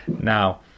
Now